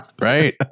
Right